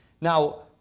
Now